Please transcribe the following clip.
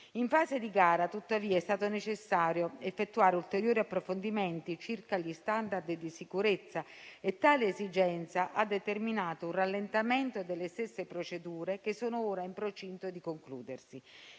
In fase di gara è stato tuttavia necessario effettuare ulteriori approfondimenti circa gli *standard* di sicurezza e tale esigenza ha determinato un rallentamento delle stesse procedure, che sono ora in procinto di concludersi.